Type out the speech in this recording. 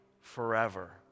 forever